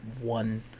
one